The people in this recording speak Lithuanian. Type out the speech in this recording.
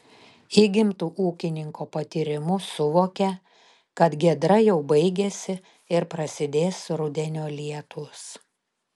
įgimtu ūkininko patyrimu suvokė kad giedra jau baigiasi ir prasidės rudenio lietūs